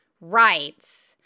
rights